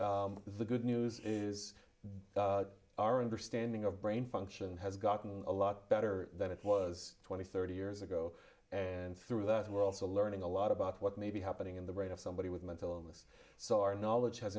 news the good news is our understanding of brain function has gotten a lot better than it was twenty thirty years ago and through that and we're also learning a lot about what may be happening in the rate of somebody with mental illness so our knowledge has